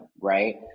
right